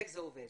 איך זה עובד.